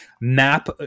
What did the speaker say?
map